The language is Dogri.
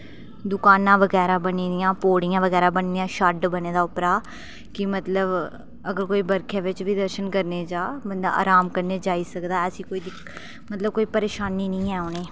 मतलब कि दुकानां बगैरा बनी दियां पौड़ियां बगैरा बनी दियां शैड बने दा उप्परा कि मतलब अगर कोई बर्खै बिच बी दर्शन करने गी जा बंदा आराम कन्नै जाई सकदा ऐ ते मतलब कि कोई परेशानी निं ऐ उ'नेंगी